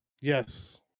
Yes